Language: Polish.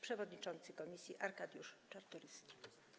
Przewodniczący komisji: Arkadiusz Czartoryski.